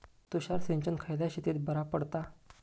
तुषार सिंचन खयल्या शेतीक बरा पडता?